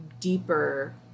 deeper